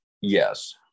yes